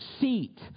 seat